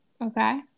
Okay